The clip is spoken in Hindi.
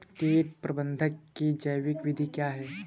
कीट प्रबंधक की जैविक विधि क्या है?